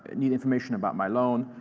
need information about my loan,